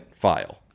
file